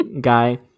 guy